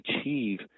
achieve